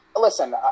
listen